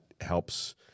helps